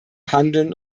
handeln